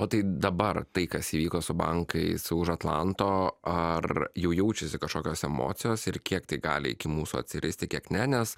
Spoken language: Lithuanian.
o tai dabar tai kas įvyko su bankais už atlanto ar jau jaučiasi kažkokios emocijos ir kiek tai gali iki mūsų atsirasti kiek ne nes